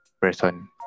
person